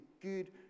good